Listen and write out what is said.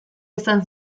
izan